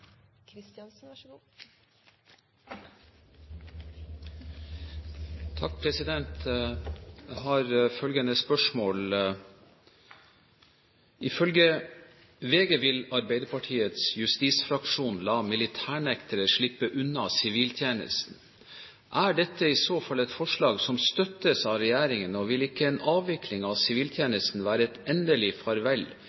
Jeg har følgende spørsmål: «Ifølge VG vil Arbeiderpartiets justisfraksjon la militærnektere slippe unna siviltjenesten. Er dette i så fall et forslag som støttes av regjeringen, og vil ikke en avvikling av